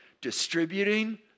distributing